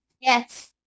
Yes